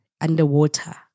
underwater